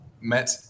met